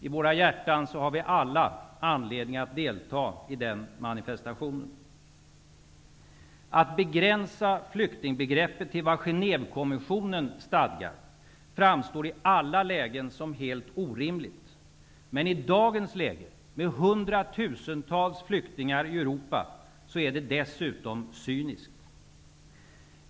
I våra hjärtan har vi alla anledning att delta i den manifestationen. Att begränsa flyktingbegreppet till vad Genèvekonventionen stadgar framstår i alla lägen som helt orimligt. Men i dagens läge, med hundratusentals flyktingar i Europa, är det dessutom cyniskt.